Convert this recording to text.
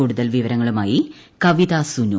കൂടുതൽ വിവരങ്ങളുമായി കവിത സുനു